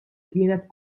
kienet